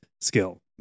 skill